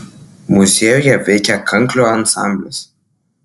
muziejuje veikia kanklių ansamblis